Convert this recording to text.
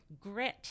grit